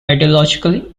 ideologically